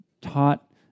taught